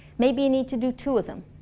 maybe you need to do two of them.